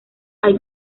hay